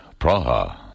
Praha